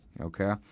okay